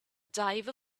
diver